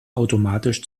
automatisch